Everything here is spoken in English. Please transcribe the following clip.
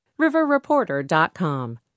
riverreporter.com